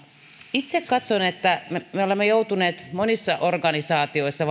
itse katson että me me olemme joutuneet valtiolla monissa organisaatioissa